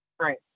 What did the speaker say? Right